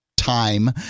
time